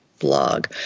Blog